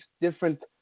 different